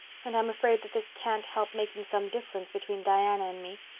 and i'm afraid that this can't help making some difference between diana and me.